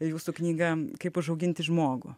jūsų knygą kaip užauginti žmogų